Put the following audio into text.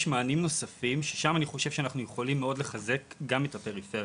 יש מענים נוספים ששם אנחנו יכולים לחזק מאוד גם את הפריפריה.